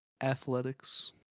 athletics